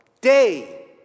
day